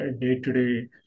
day-to-day